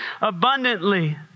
abundantly